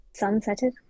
sunsetted